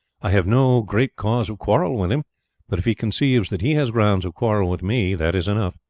i have no great cause of quarrel with him but if he conceives that he has grounds of quarrel with me, that is enough.